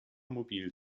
mobil